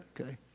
okay